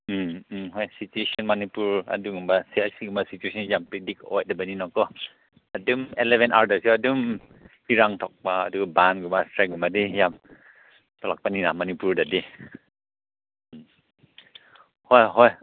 ꯎꯝ ꯎꯝ ꯍꯣꯏ ꯁꯤꯗꯤ ꯁꯤ ꯃꯅꯤꯄꯨꯔ ꯑꯗꯨꯒꯨꯝꯕ ꯁꯤ ꯑꯁꯤꯒꯨꯝꯕ ꯁꯤꯆ꯭ꯋꯦꯁꯟꯁꯤ ꯌꯥꯝ ꯄ꯭ꯔꯤꯗꯤꯛ ꯑꯣꯏꯗꯕꯅꯤꯅꯀꯣ ꯑꯗꯨꯝ ꯑꯦꯂꯚꯦꯟ ꯑꯋꯥꯔꯗꯁꯨ ꯑꯗꯨꯝ ꯏꯔꯥꯡ ꯊꯣꯛꯄ ꯑꯗꯨ ꯕꯟꯒꯨꯝꯕ ꯁ꯭ꯇ꯭ꯔꯥꯏꯒꯨꯝꯕꯗꯤ ꯌꯥꯝ ꯊꯣꯛꯂꯛꯄꯅꯤꯅ ꯃꯅꯤꯄꯨꯔꯗꯗꯤ ꯎꯝ ꯍꯣꯏ ꯍꯣꯏ